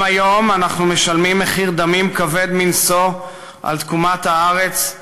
גם היום אנחנו משלמים מחיר דמים כבד מנשוא על תקומת הארץ,